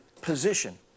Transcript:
position